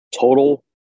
total